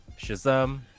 Shazam